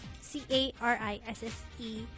C-A-R-I-S-S-E